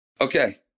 Okay